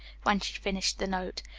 when she finished the note.